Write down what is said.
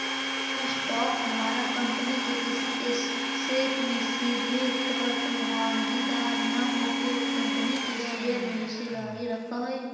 common stock धारक company के किसी ऐसेट में सीधे तौर पर भागीदार न होके भी कंपनी के शेयर में हिस्सेदारी रखऽ हइ